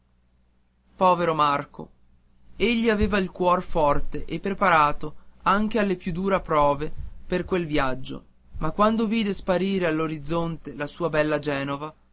povero marco egli aveva il cuor forte e preparato alle più dure prove per quel viaggio ma quando vide sparire all'orizzonte la sua bella genova